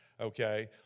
okay